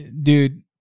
dude